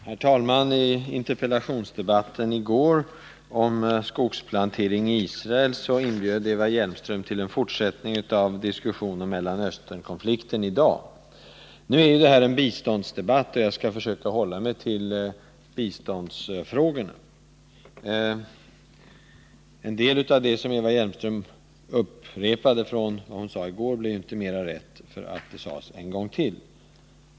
Herr talman! I interpellationsdebatten i går om skogsplantering i Israel inbjöd Eva Hjelmström till en fortsättning av diskussionen om Mellanösternkonflikten i dag. Nu är ju detta en biståndsdebatt, och jag skall försöka hålla mig till biståndsfrågorna. En del av det som Eva Hjelmström upprepade från det som hon sade i går blev inte mera rätt därför att det sades en gång till.